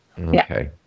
Okay